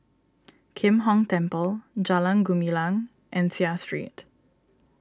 Kim Hong Temple Jalan Gumilang and Seah Street